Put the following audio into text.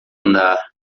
andar